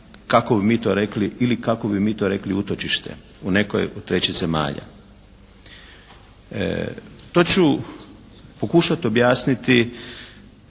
kako bi mi to rekli, ili kako bi mi to rekli utočište u nekoj od trećih zemalja. To ću pokušat objasniti